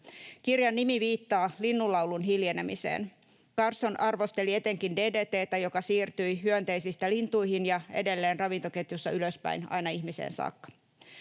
Kirjan nimi viittaa linnunlaulun hiljenemiseen. Carson arvosteli etenkin DDT:tä, joka siirtyi hyönteisistä lintuihin ja edelleen ravintoketjussa ylöspäin aina ihmiseen saakka.